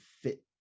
fit